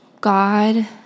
God